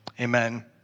amen